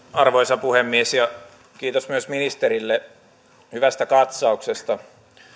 arvoisa puhemies kiitos myös ministerille hyvästä katsauksesta